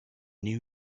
new